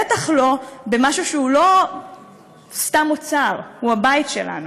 בטח לא במשהו שהוא לא סתם מוצר, הוא הבית שלנו.